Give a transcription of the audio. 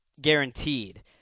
guaranteed